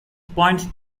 points